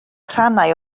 rhannau